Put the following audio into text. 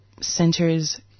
centers